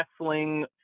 wrestling